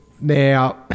Now